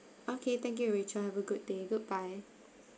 okay thank you rachel have a good day goodbye